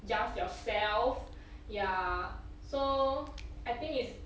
just yourself ya so I think it's